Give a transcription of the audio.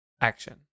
action